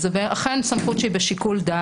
אכן זאת סמכות שהיא בשיקול דעת.